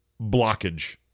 blockage